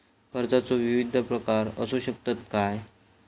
कर्जाचो विविध प्रकार असु शकतत काय?